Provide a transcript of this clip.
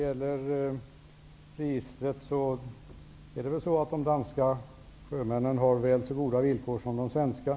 Herr talman! De danska sjömännen har väl så goda villkor som de svenska.